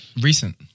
recent